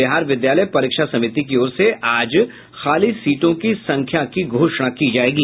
बिहार विद्यालय परीक्षा समिति की ओर से आज खाली सीटों की संख्या की घोषणा की जायेगी